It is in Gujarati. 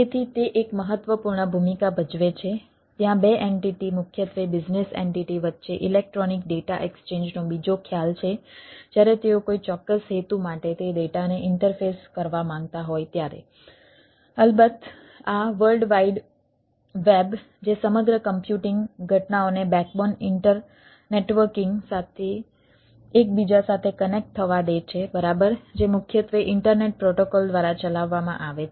તેથી તે એક મહત્વપૂર્ણ ભૂમિકા ભજવે છે ત્યાં બે એન્ટિટી થવા દે છે બરાબર જે મુખ્યત્વે ઈન્ટરનેટ પ્રોટોકોલ દ્વારા ચલાવવામાં આવે છે